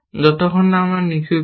যতক্ষণ না আমরা নিশ্চিত হব